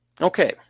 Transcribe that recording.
Okay